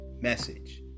Message